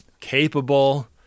capable